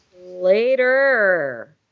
later